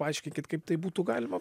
paaiškinkit kaip tai būtų galima